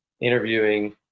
interviewing